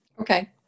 Okay